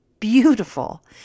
beautiful